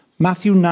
Matthew